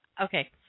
Okay